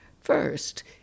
First